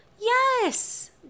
Yes